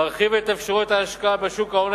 מרחיב את אפשרויות ההשקעה בשוק ההון